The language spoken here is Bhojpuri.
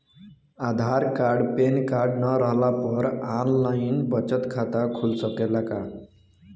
आधार कार्ड पेनकार्ड न रहला पर आन लाइन बचत खाता खुल सकेला का?